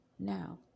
Now